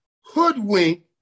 hoodwink